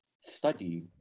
study